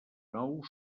nou